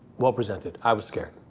well presented. i was scared.